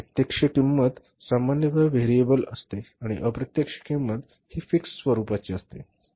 प्रत्यक्ष किंमत सामान्यत व्हेरिएबल असते आणि अप्रत्यक्ष किंमत हि फिक्स्ड स्वरूपाची असते